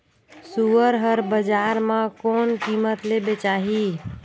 सुअर हर बजार मां कोन कीमत ले बेचाही?